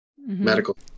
medical